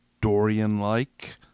Dorian-like